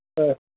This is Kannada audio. ಹಾಂ